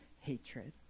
hatred